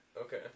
okay